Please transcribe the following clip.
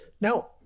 Now